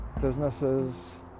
businesses